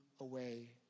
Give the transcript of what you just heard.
away